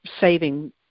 saving